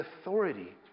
authority